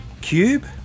cube